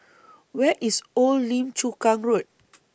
Where IS Old Lim Chu Kang Road